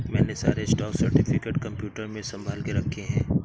मैंने सारे stock certificate computer में संभाल के रखे हैं